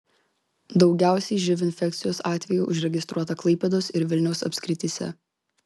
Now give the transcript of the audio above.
daugiausiai živ infekcijos atvejų užregistruota klaipėdos ir vilniaus apskrityse